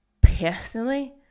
personally